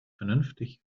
vernünftig